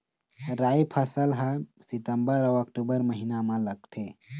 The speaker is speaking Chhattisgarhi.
राई फसल हा सितंबर अऊ अक्टूबर महीना मा लगथे